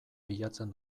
bilatzen